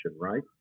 right